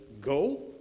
go